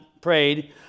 prayed